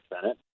Senate